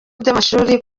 by’amashuri